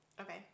Okay